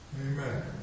Amen